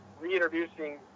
reintroducing